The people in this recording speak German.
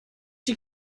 sie